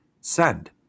Send